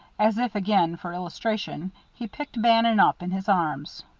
as if, again, for illustration, he picked bannon up in his arms.